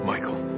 Michael